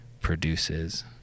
produces